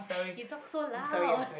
you talk so loud